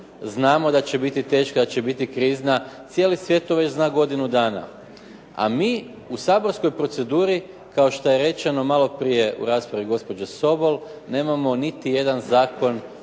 znamo da će biti teška da će biti krizna, cijeli svijet to zna godinu dana. A mi u saborskoj proceduri kao što je rečeno malo prije u raspravi gospođe Sobol nemamo niti jedan zakon